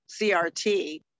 CRT